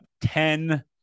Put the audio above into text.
ten